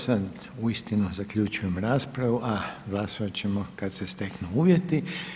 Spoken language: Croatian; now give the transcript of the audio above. Sad uistinu zaključujem raspravu, a glasovat ćemo kad se steknu uvjeti.